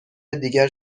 دیگر